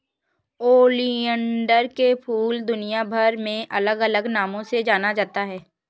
oleander के फूल दुनियाभर में अलग अलग नामों से जाना जाता है